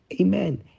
Amen